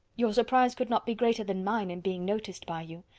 your surprise could not be greater than mine in being noticed by you.